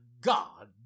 god